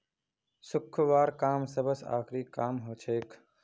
सुखव्वार काम सबस आखरी काम हछेक